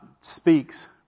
speaks